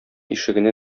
ишегенә